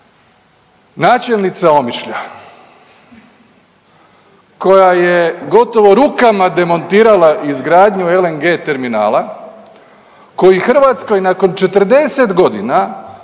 načelnica Omišlja koja je gotovo rukama demontirala izgradnju LNG terminala koji Hrvatskoj nakon 40 godina